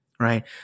right